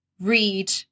read